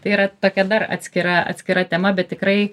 tai yra tokia dar atskira atskira tema bet tikrai